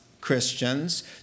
Christians